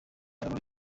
rwanda